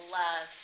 love